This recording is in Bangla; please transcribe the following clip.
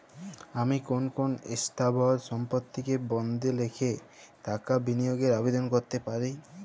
আমি কোন কোন স্থাবর সম্পত্তিকে বন্ডে রেখে টাকা বিনিয়োগের আবেদন করতে পারি?